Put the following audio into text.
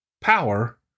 Power